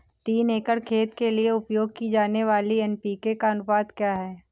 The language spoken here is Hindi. तीन एकड़ खेत के लिए उपयोग की जाने वाली एन.पी.के का अनुपात क्या है?